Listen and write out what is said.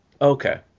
Okay